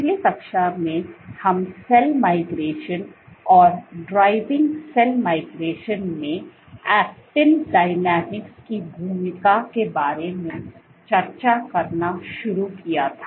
पिछली कक्षा में हम सेल माइग्रेशन और ड्राइविंग सेल माइग्रेशन में एक्टिन डायनेमिक्स की भूमिका के बारे में चर्चा करना शुरू किया था